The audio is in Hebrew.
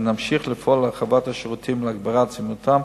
ונמשיך לפעול להרחבת השירותים ולהגברת זמינותם